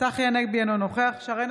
צחי הנגבי, אינו נוכח שרן